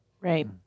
Right